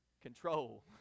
control